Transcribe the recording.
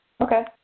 Okay